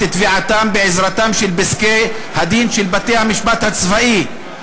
תביעתן בעזרתם של פסקי-הדין של בתי-המשפט הצבאיים,